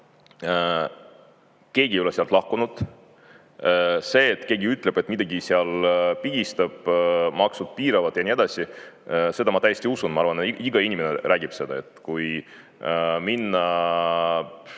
Keegi ei ole sealt lahkunud. See, et keegi ütleb, et midagi seal pigistab, maksud piiravad ja nii edasi, seda ma täiesti usun. Ma arvan, et iga inimene räägib seda, et kui minna